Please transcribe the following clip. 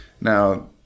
now